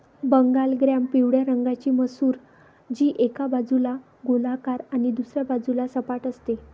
Bengal gram पिवळ्या रंगाची मसूर, जी एका बाजूला गोलाकार आणि दुसऱ्या बाजूला सपाट असते